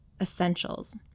essentials